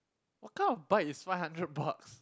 what kind of bike is five hundred bucks